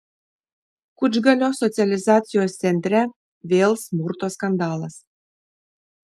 kučgalio socializacijos centre vėl smurto skandalas